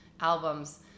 Albums